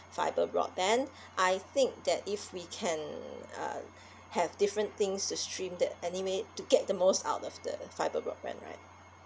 fibre broadband I think that if we can uh have different things to stream the anime to get the most out of the fibre broadband right